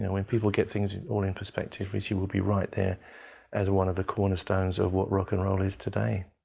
when people get things all in perspective, ritchie will be right there as one of the cornerstones of what rock and roll is today.